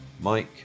Mike